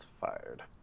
fired